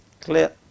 clear